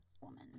woman